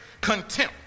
contempt